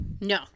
No